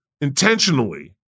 intentionally